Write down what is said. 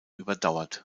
überdauert